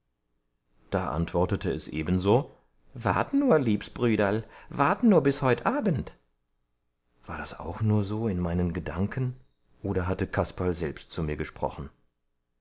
da antwortete es ebenso wart nur liebs brüderl wart nur bis heut abend war das auch nur so in meinen gedanken oder hatte kasperl selbst zu mir gesprochen